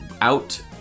out